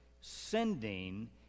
sending